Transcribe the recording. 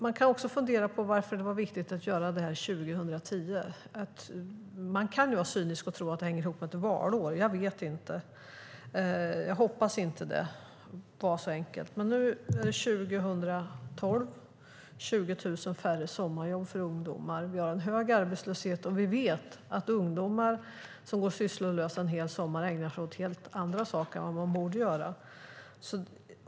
Man kan också fundera på varför det var viktigt att göra detta 2010. Man kan vara cynisk och tro att det hänger ihop med ett valår. Jag vet inte, men jag hoppas att det inte var så. Nu är det år 2012 och 20 000 färre sommarjobb för ungdomar. Vi har en hög arbetslöshet, och vi vet att ungdomar som går sysslolösa en hel sommar ägnar sig åt helt andra saker än vad de borde göra.